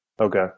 Okay